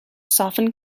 soften